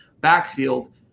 backfield